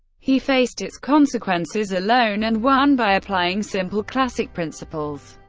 he faced its consequences alone and won by applying simple, classic principles.